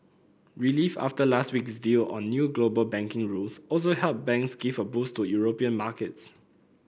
relief after last week's deal on new global banking rules also helped banks give a boost to European markets